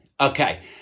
Okay